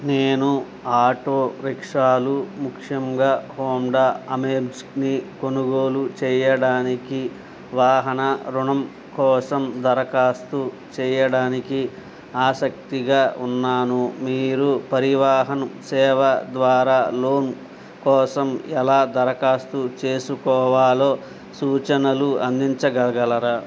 నేను ఆటో రిక్షాలు ముఖ్యంగా హోండా అమేజ్ని కొనుగోలు చేయడానికి వాహన రుణం కోసం దరఖాస్తు చేయడానికి ఆసక్తిగా ఉన్నాను మీరు పరివాహన్ సేవ ద్వారా లోన్ కోసం ఎలా దరఖాస్తు చేసుకోవాలో సూచనలు అందించగలరా